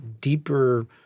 deeper